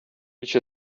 which